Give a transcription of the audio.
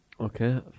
Okay